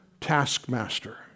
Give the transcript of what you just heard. taskmaster